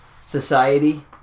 society